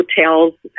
hotels